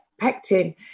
pectin